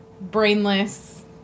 brainless